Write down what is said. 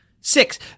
Six